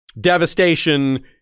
devastation